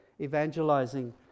evangelizing